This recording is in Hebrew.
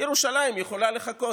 ירושלים יכולה לחכות,